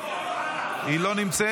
היא לא נמצאת.